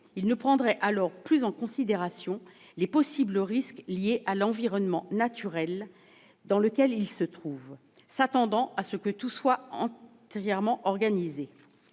il ne prendrait alors plus en considération les possibles risques liés à l'environnement naturel dans lequel il se trouve, s'attendant à ce que tout soit entièrement organisé.